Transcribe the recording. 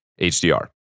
HDR